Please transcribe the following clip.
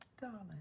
Darling